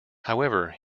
however